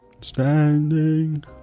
Standing